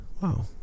wow